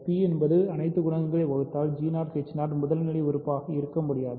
P அனைத்து குணகங்களையும் வகுத்தால் முதல்நிலை உறுப்பாயாக இருக்க முடியாது